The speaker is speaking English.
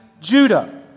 Judah